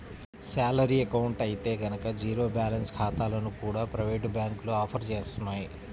salary account అయితే గనక zero balance ఖాతాలను కూడా ప్రైవేటు బ్యాంకులు ఆఫర్ చేస్తున్నాయి